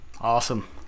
awesome